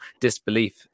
disbelief